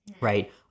Right